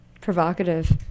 Provocative